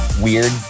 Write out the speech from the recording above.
weird